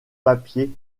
papier